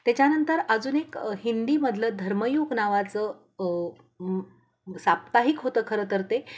त्याच्यानंतर अजून एक हिंदीमधलं धर्मयुग नावाचं साप्ताहिक होतं खरं तर ते